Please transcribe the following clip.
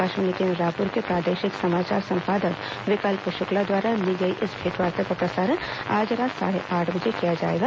आकाशवाणी केन्द्र रायपुर के प्रादेशिक समाचार संपादक विकल्प शुक्ला द्वारा ली गई इस भेंटवार्ता का प्रसारण आज रात साढ़े आठ बजे किया जाएगा